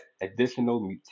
additional